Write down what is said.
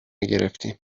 گرفتیم